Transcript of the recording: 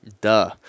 duh